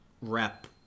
rep